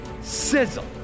sizzle